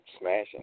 Smashing